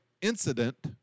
incident